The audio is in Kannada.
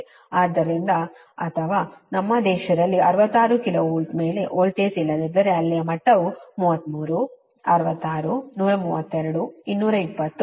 ಆದ್ದರಿಂದ ಅಥವಾ ನಮ್ಮ ದೇಶದಲ್ಲಿ 66 KV ಮೇಲೆ ವೋಲ್ಟೇಜ್ ಇಲ್ಲದಿದ್ದರೆ ಅಲ್ಲಿ ಮಟ್ಟವೂ 33 66 132 220 ಆಗಿದೆ ಮತ್ತು ಮೇಲಿನ ಭಾಗ ಸರಿನಾ